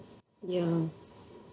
ya